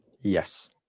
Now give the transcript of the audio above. Yes